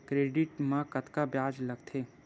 Credit मा कतका ब्याज लगथे?